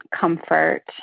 comfort